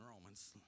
Romans